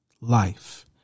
life